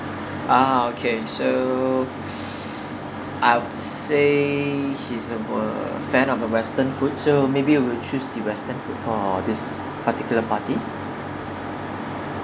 ah okay so s~ I would say he's uh were fan of the western food so maybe we will choose the western food for this particular party